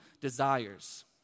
desires